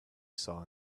saw